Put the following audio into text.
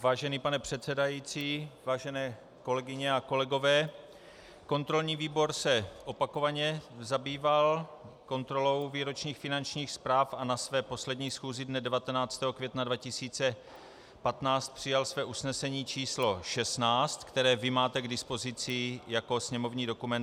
Vážený pane předsedající, vážené kolegyně a kolegové, kontrolní výbor se opakovaně zabýval kontrolou výročních finančních zpráv a na své poslední schůzi dne 19. května 2015 přijal své usnesení číslo 116, které máte k dispozici jako sněmovní dokument 2361.